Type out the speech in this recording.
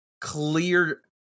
clear